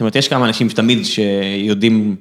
‫זאת אומרת, יש כמה אנשים תמיד ‫שיודעים...